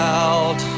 out